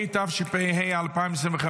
התשפ"ה 2025,